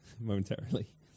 momentarily